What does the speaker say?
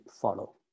follow